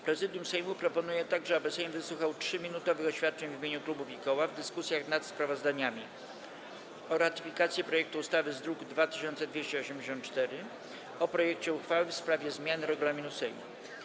Prezydium Sejmu proponuje także, aby Sejm wysłuchał 3-minutowych oświadczeń w imieniu klubów i koła w dyskusjach nad sprawozdaniami: - o ratyfikacji projektu ustawy z druku nr 2284, - o projekcie uchwały w sprawie zmiany regulaminu Sejmu.